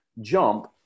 jump